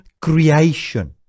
creation